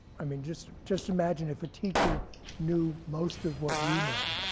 i mean, just just imagine if a teacher knew most of what you know,